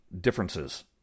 differences